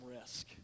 risk